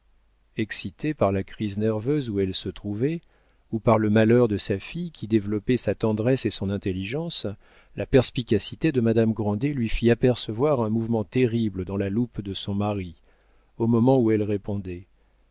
excitée par la crise nerveuse où elle se trouvait ou par le malheur de sa fille qui développait sa tendresse et son intelligence la perspicacité de madame grandet lui fit apercevoir un mouvement terrible dans la loupe de son mari au moment où elle répondait